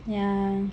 yeah